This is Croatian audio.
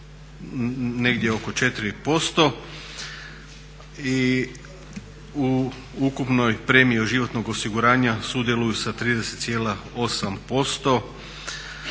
negdje oko 4% i u ukupnoj premiji životnog osiguranja sudjeluju sa 30,8%